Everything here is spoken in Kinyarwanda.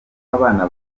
abana